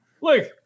Look